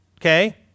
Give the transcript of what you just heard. Okay